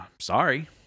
Sorry